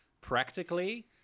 Practically